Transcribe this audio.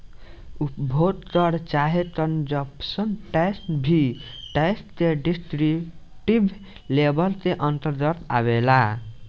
उपभोग कर चाहे कंजप्शन टैक्स भी टैक्स के डिस्क्रिप्टिव लेबल के अंतरगत आवेला